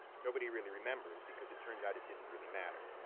nobody really remembers. because it turns out, it didn't really matter.